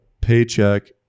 paycheck